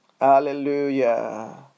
Hallelujah